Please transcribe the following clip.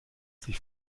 sie